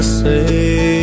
say